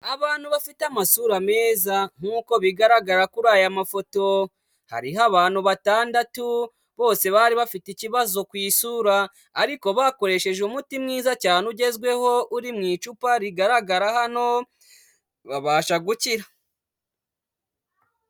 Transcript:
Abantu bafite amasura meza nkuko bigaragara kuri aya mafoto hariho abantu batandatu bose bari bafite ikibazo ku isura, ariko bakoresheje umuti mwiza cyane ugezweho uri mu icupa rigaragara hano babasha gukira.